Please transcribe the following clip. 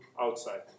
outside